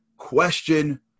question